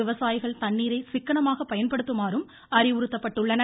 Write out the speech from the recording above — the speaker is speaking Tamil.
விவசாயிகள் தண்ணீரை சிக்கனமாக பயன்படுத்துமாறும் அறிவுறுத்தப்பட்டுள்ளனர்